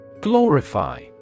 Glorify